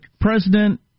president